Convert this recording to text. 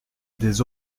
des